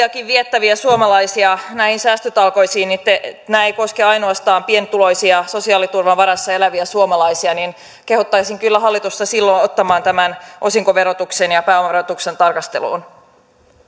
viettäviä suomalaisia näihin säästötalkoisiin nämä eivät koske ainoastaan pienituloisia sosiaaliturvan varassa eläviä suomalaisia niin kehottaisin kyllä hallitusta silloin ottamaan tämän osinkoverotuksen ja pääomaverotuksen tarkasteluun